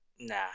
nah